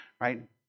right